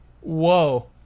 Whoa